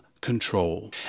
control